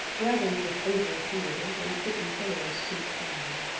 wagons with oval wheels and kitchen chairs screech by,